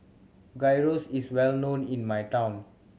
gyros is well known in my town